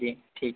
जी ठीक